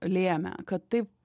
lėmė kad taip